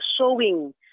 showing